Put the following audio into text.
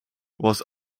was